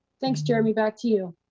thanks jeremy, back to you.